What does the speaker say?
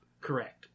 correct